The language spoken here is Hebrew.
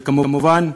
וכמובן,